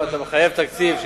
אם אתה מחייב תקציב,